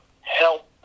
help